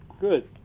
Good